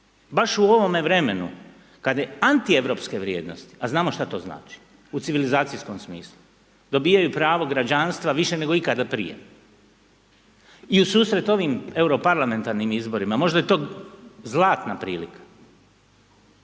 baš u ovome vremenu kada je antieuropske vrijednosti a znamo šta to znači u civilizacijskom smislu. Dobijaju pravo građanstva više nego ikada prije. I u susret ovim euro parlamentarnim izborima možda je to zlatna prilika.